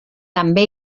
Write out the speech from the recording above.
també